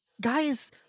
guys